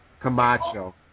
Camacho